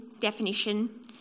definition